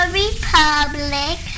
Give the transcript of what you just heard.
republic